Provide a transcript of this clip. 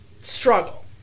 Struggle